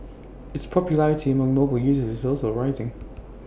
its popularity among mobile users is also rising